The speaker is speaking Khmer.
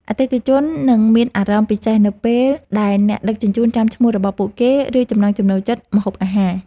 អតិថិជននឹងមានអារម្មណ៍ពិសេសនៅពេលដែលអ្នកដឹកជញ្ជូនចាំឈ្មោះរបស់ពួកគេ ឬចំណង់ចំណូលចិត្តម្ហូបអាហារ។